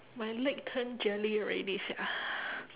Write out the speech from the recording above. my leg turned jelly already sia